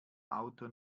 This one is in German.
auto